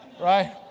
right